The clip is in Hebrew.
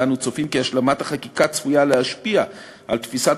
ואנו צופים כי השלמת החקיקה צפויה להשפיע על תפיסת